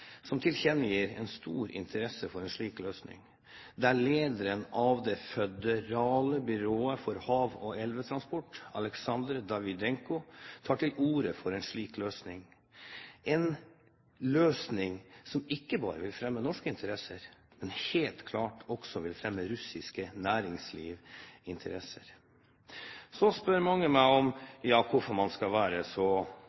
Biznes-Gazeta tilkjennegir en stor interesse for en slik løsning, og der lederen av det føderale byrået for hav- og elvetransport, Aleksander Davidenko, tar til orde for en slik løsning – en løsning som ikke bare vil fremme norske interesser, men helt klart også vil fremme russiske næringslivsinteresser. Så spør mange meg om